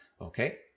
okay